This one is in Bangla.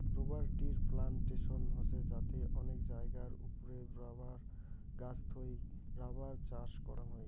রবার ট্রির প্লানটেশন হসে যাতে অনেক জায়গার ওপরে রাবার গাছ থুই রাবার চাষ করাং হই